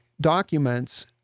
documents